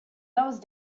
those